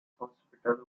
hospitals